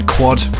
Quad